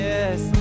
Yes